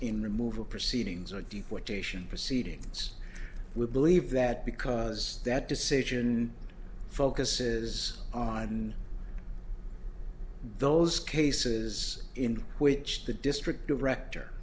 in removal proceedings or deportation proceedings we believe that because that decision focuses on those cases in which the district director